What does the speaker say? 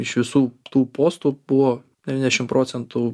iš visų tų postų buvo devyniasdešim procentų